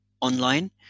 online